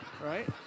right